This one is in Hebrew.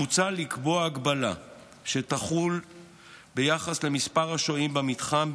מוצע לקבוע הגבלה של מספר השוהים במתחם,